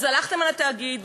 אז הלכתם על התאגיד,